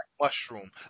Mushroom